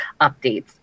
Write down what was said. updates